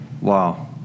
Wow